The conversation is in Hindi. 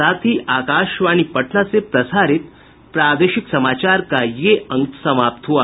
इसके साथ ही आकाशवाणी पटना से प्रसारित प्रादेशिक समाचार का ये अंक समाप्त हुआ